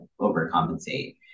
overcompensate